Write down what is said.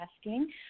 asking